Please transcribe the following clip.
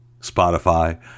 Spotify